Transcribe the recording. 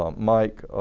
um mike